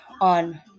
on